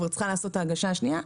היא צריכה כבר לעשות את ההגשה השנייה,